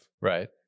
right